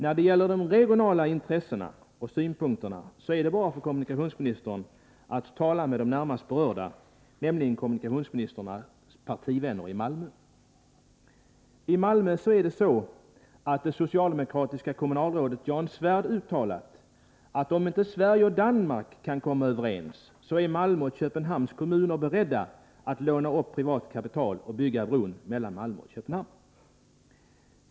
När det gäller de regionala intressena och synpunkterna är det bara för kommunikationsministern att tala med de närmast berörda, nämligen kommunikationsministerns partivänner i Malmö. I Malmö är det så att det socialdemokratiska kommunalrådet Jan Svärd har uttalat, att om inte Sverige och Danmark kan komma överens är Malmö och Köpenhamns kommuner beredda att låna upp privat kapital och bygga bron mellan Malmö och Köpenhamn.